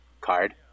card